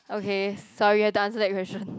okay sorry I don't answer that question